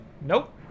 Nope